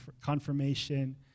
confirmation